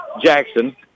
Jackson